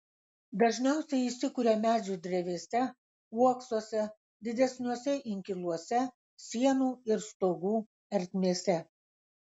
dažniausiai įsikuria medžių drevėse uoksuose didesniuose inkiluose sienų ir stogų ertmėse